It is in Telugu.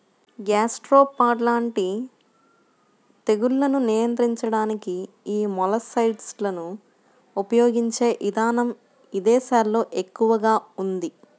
గ్యాస్ట్రోపాడ్ లాంటి తెగుళ్లను నియంత్రించడానికి యీ మొలస్సైడ్లను ఉపయిగించే ఇదానం ఇదేశాల్లో ఎక్కువగా ఉంది